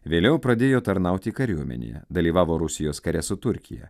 vėliau pradėjo tarnauti kariuomenėje dalyvavo rusijos kare su turkija